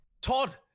Todd